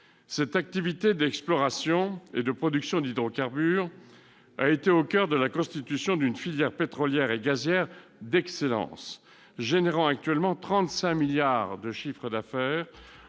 L'activité d'exploration et de production d'hydrocarbures a été au coeur de la constitution d'une filière pétrolière et gazière d'excellence, engendrant actuellement un chiffre d'affaires